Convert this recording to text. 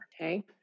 Okay